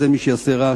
אז אין מי שיעשה רעש.